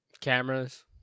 Cameras